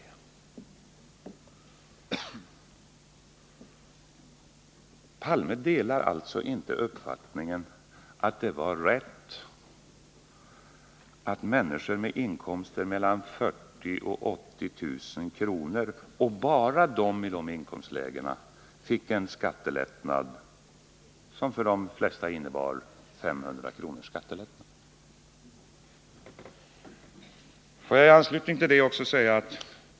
Olof Palme delar alltså inte uppfattningen att det var riktigt att människor med inkomster mellan 40 000 och 80 000 kr. — och bara de i dessa inkomstlägen — fick en skattelättnad som för de flesta innebar en skattesänkning med 500 kr.